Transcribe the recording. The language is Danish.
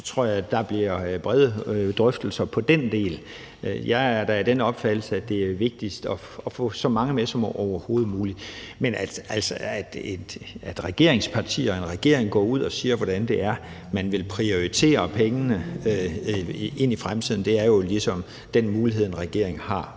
så tror jeg, at der bliver brede drøftelser på den del. Jeg er da af den opfattelse, at det er vigtigst at få så mange med som overhovedet muligt. Men at et regeringsparti og en regering går ud og siger, hvordan det er, man vil prioritere pengene i fremtiden, er jo ligesom den mulighed, en regering har.